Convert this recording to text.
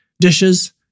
Dishes